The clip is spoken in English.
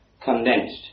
condensed